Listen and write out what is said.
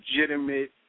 legitimate